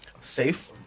Safe